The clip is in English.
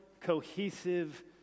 cohesive